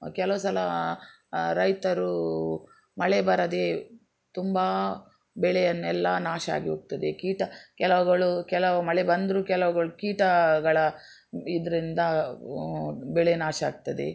ಕೆಲವು ಸಲ ರೈತರೂ ಮಳೆ ಬರದೆ ತುಂಬ ಬೆಳೆಯನ್ನೆಲ್ಲ ನಾಶ ಆಗಿ ಹೋಗ್ತದೆ ಕೀಟ ಕೆಲವುಗಳು ಕೆಲವು ಮಳೆ ಬಂದರು ಕೆಲವ್ಗಳು ಕೀಟಗಳ ಇದರಿಂದ ಬೆಳೆ ನಾಶ ಆಗ್ತದೆ